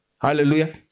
Hallelujah